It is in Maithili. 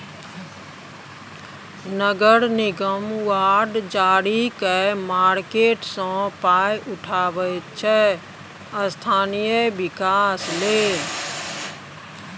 नगर निगम बॉड जारी कए मार्केट सँ पाइ उठाबै छै स्थानीय बिकास लेल